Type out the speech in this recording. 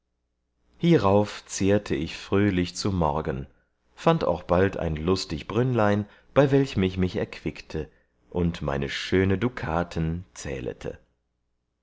hierauf zehrte ich fröhlich zu morgen fand auch bald ein lustig brünnlein bei welchem ich mich erquickte und meine schöne dukaten zählete